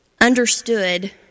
understood